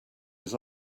his